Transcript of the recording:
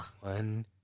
one